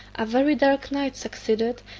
a very dark night succeeded,